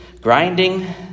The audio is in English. grinding